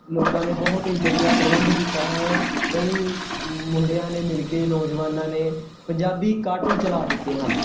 ਲੋਕਾਂ ਨੇੇ ਬਹੁਤ ਹੀ ਵਧੀਆ ਪ੍ਰਬੰਧ ਕੀਤਾ ਹੈ ਕਈ ਮੁੰਡਿਆਂ ਨੇ ਮਿਲ ਕੇ ਨੌਜਵਾਨਾਂ ਨੇ ਪੰਜਾਬੀ ਕਾਰਟੂਨ ਚਲਾ ਦਿੱਤੇ ਹਨ